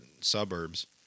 suburbs